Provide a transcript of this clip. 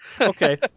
Okay